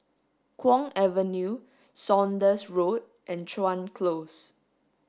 Kwong Avenue Saunders Road and Chuan Close